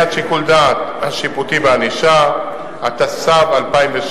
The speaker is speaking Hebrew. אתה בוחן שלושה,